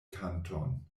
kanton